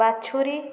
ବାଛୁରି